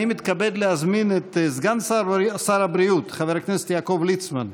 אני מתכבד להזמין את סגן שר הבריאות חבר הכנסת יעקב ליצמן.